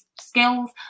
skills